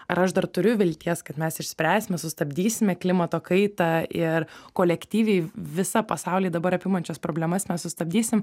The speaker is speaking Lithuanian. ar aš dar turiu vilties kad mes išspręsime sustabdysime klimato kaitą ir kolektyviai visą pasaulį dabar apimančios problemas mes sustabdysim